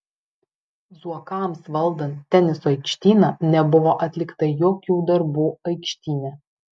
zuokams valdant teniso aikštyną nebuvo atlikta jokių darbų aikštyne